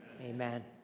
Amen